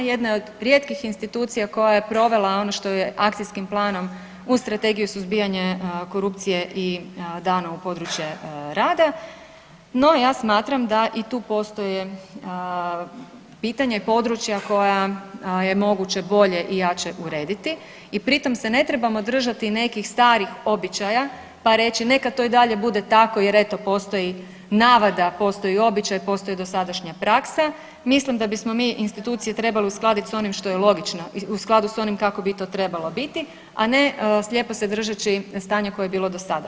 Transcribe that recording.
Jedna je od rijetkih institucija koja je provela ono što je akcijskim planom uz Strategiju suzbijanja korupcije i dana u područje rada, no ja smatram da i tu postoje pitanja i područja koja je moguće bolje i jače urediti i pri tom se ne trebamo držati nekih starih običaja pa reći neka to i dalje bude tako jer eto postoji navada, postoji običaj, postoji dosadašnja praksa, mislim da bismo mi institucije trebali uskladiti s onim što je logično i u skladu s onim kako bi to trebalo biti, a ne slijepo se držeći stanja koje je bilo do sada.